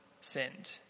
sinned